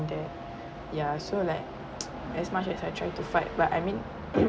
that ya so like as much as try to fight but I mean